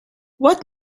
what